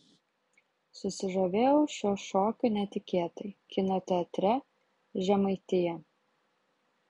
susižavėjau šiuo šokiu netikėtai kino teatre žemaitija